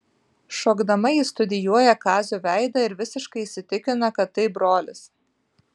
šokdama ji studijuoja kazio veidą ir visiškai įsitikina kad tai brolis